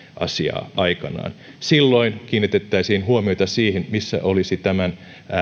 asiaa aikanaan silloin kiinnitettäisiin huomiota siihen missä olisi tämän